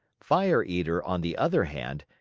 fire eater, on the other hand,